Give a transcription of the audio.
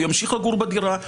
הוא ימשיך לגור בדירה,